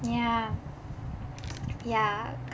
ya ya